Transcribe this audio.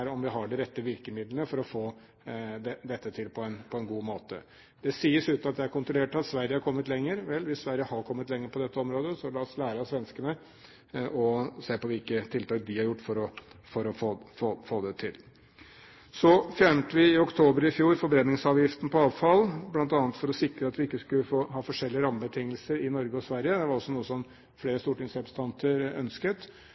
om vi har de rette virkemidlene for å få dette til på en god måte. Det sies, uten at jeg har kontrollert det, at Sverige har kommet lenger. Vel, hvis Sverige har kommet lenger på dette området, så la oss lære av svenskene og se på hvilke tiltak de har satt inn for å få det til. Så fjernet vi i oktober i fjor forbrenningsavgiften på avfall, bl.a. for å sikre at vi ikke skulle ha forskjellige rammebetingelser i Norge og Sverige. Det var også noe som